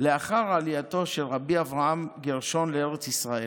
לאחר עלייתו של רבי אברהם גרשון לארץ ישראל.